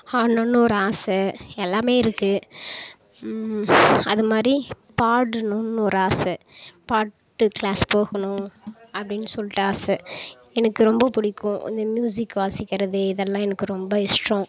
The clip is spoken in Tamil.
ஆடணுன்னு ஒரு ஆசை எல்லாமே இருக்குது அதுமாதிரி பாடணுன்னு ஒரு ஆசை பாட்டு கிளாஸ் போகணும் அப்படின்னு சொல்லிட்டு ஆசை எனக்கு ரொம்ப பிடிக்கும் இந்த மியூசிக் வாசிக்கிறது இதெல்லாம் எனக்கு ரொம்ப இஷ்டம்